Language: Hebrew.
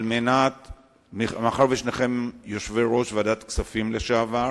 מאחר ששניכם יושבי-ראש ועדת הכספים לשעבר